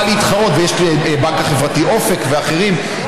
ויש את הבנק החברתי "אופק" ואחרים,